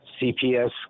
cps